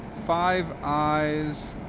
five eyes,